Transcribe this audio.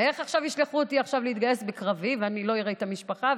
איך עכשיו ישלחו אותי להתגייס לקרבי ואני לא אראה את המשפחה?